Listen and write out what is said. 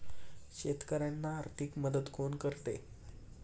शेतकऱ्यांना आर्थिक मदत कोण करते?